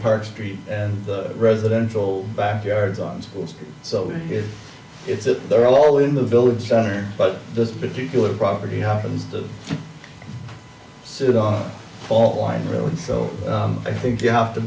park street and residential backyards on schools so if it's at their all in the village center but this particular property happens to sit on a fault line really and so i think you have to